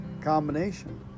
combination